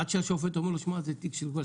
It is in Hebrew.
עד שהשופט אומר לו: זה תיק כבר של